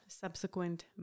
subsequent